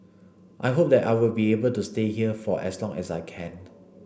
I hope that I will be able to stay here for as long as I can